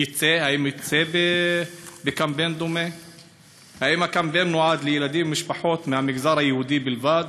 2. האם הקמפיין נועד לילדים ולמשפחות מהמגזר היהודי בלבד?